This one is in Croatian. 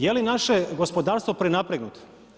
Je li naše gospodarstvo prenapregnuto?